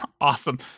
Awesome